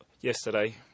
yesterday